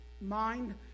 mind